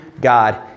God